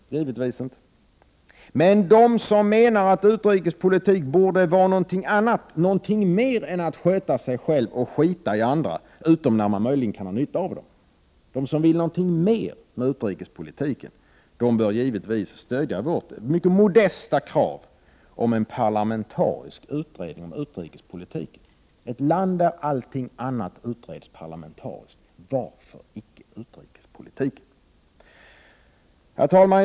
Men de som menar att utrikespolitik borde vara något annat, något mer än att sköta sig själv och strunta i andra — utom möjligen när man kan ha nytta av dem — bör givetvis stödja vårt mycket modesta krav om en parlamentarisk utredning om utrikespolitiken. I ett land där allting annat utreds parlamentariskt — varför icke utrikespolitiken? Herr talman!